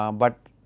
um but